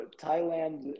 Thailand